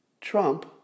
Trump